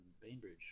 Bainbridge